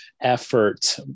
effort